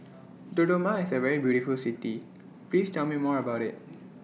Dodoma IS A very beautiful City Please Tell Me More about IT